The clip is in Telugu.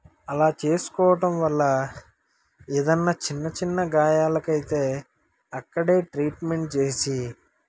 అలా చేసుకోవటం వల్ల ఏదన్న చిన్న చిన్న గాయాలకి అయితే అక్కడే ట్రీట్మెంట్ చేసి